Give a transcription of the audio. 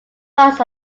ones